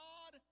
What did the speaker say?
God